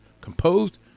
composed